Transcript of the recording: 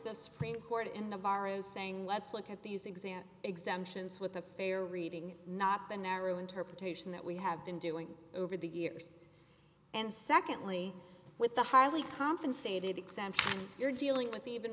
the supreme court in navarro saying let's look at these exam exemptions with a fair reading not the narrow interpretation that we have been doing over the years and secondly with the highly compensated exemption and you're dealing with even